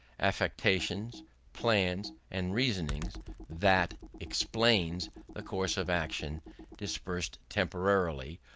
affections, plans, and reasonings that explains the course of action dispersed temporally,